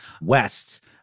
west